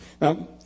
Now